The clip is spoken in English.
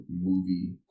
movie